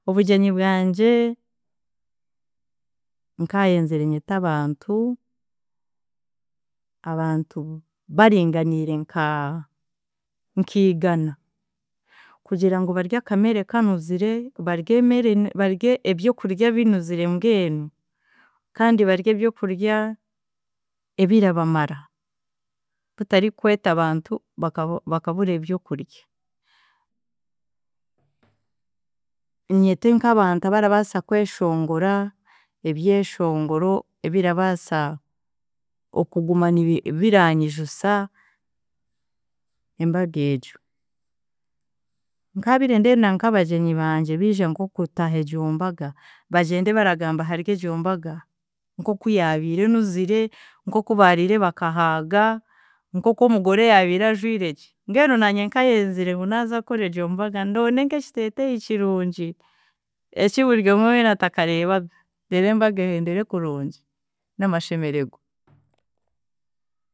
Obugyenyi bwangye, nkayenzire nyeete abantu, abuntu baringanire nka, nkigaana, kugira ngu barye akamere kanuzire, badye emere badye ebyokurya binuzire mbwenu, kandi badye eryokudya ebirabamara, kutari kweta abantu bakabu bakabura ebyokurya, nyeete nk’abantu abarabaasa kweshongora eryeshongoro ebirabaasa okuguma nibi biranyijusa embaga egyo. Nkabire ndenda nk'abagyenyi bangye biija nk'okutaaha egyo mbaga bagyende baragamba haryegyo mbaga, nk'oku yaabiire enuzire, nk'oku baariire bakahaaga, nk'oku omugore yaabiire ajwiregye. Mbwenu naanye nkayenzire ngu naaza kukora egyo mbaga ndonde nk’ekiteteeyi kirungi, ekiburyomwe weena atakareebaga, reero embaga ehendere kurungi n'amashemeregwa.